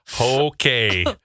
Okay